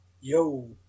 yo